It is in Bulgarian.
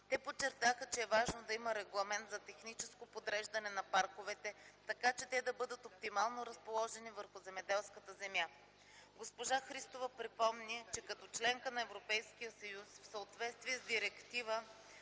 Те подчертаха, че е важно да има регламент за техническо подреждане на парковете, така че те да бъдат оптимално разположени върху земеделската земя. Госпожа Христова припомни, че като членка на Европейския съюз, в съответствие с Директива